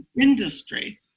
industry